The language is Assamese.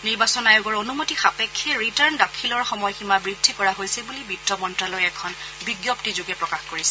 নিৰ্বাচন আয়োগৰ অনুমতি সাপেক্ষে ৰিটাৰ্ণ দাখিলৰ সময়সীমা বৃদ্ধি কৰা হৈছে বুলি বিত্ত মন্ত্যালয়ে এখন বিজ্ঞপ্তিযোগে প্ৰকাশ কৰিছে